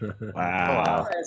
Wow